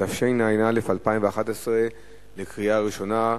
התשע"א 2011. קריאה ראשונה.